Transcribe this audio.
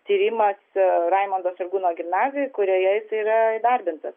tyrimas raimundo sargūno gimnazijoje kurioje jis yra įdarbintas